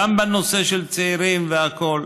גם בנושא של צעירים והכול.